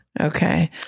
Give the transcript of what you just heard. Okay